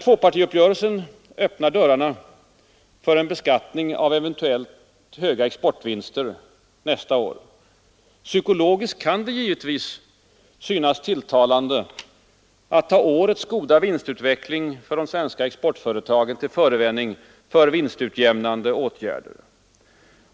Tvåpartiuppgörelsen öppnar dörrarna för en beskattning av eventuella höga exportvinster nästa år. Psykologiskt kan det givetvis synas tilltalande att ta årets goda vinstutveckling för de svenska exportföretagen till förevändning för vinstutjämnande åtgärder.